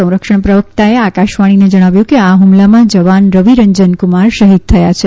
સંરક્ષણ પ્રવકતાએ આકાશવાણીને જણાવ્યું કે આ ફુમલામાં જવાન રવિરંજનકુમાર શહીદ થયા છે